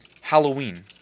Halloween